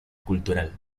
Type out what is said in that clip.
cultural